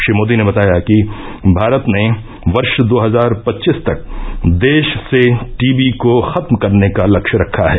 श्री मोदी ने बताया कि भारत ने वर्ष दो हजार पच्चीस तक देश से टीबी को खत्म करने का लक्ष्य रखा है